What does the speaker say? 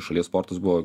šalies sportas buvo